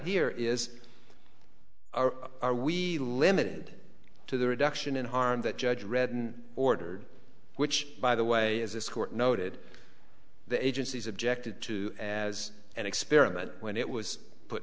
here is are are we limited to the reduction in harm that judge redon ordered which by the way is this court noted the agency's objected to as an experiment when it was put